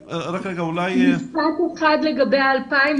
משפט אחד לגבי ה-2,000.